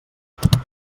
enfrontem